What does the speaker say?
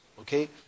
okay